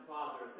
Father